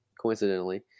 coincidentally